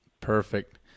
Perfect